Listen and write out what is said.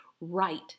right